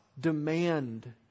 demand